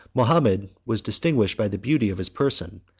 mahomet was distinguished by the beauty of his person,